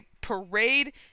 parade